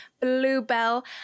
Bluebell